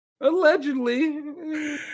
allegedly